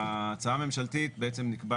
בהצעה הממשלתית בעצם נקבע